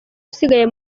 usigaye